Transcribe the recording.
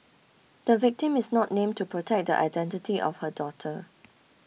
the victim is not named to protect the identity of her daughter